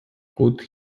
could